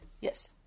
Yes